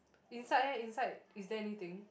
inside leh inside is there anything